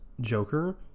Joker